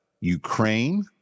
Ukraine